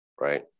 right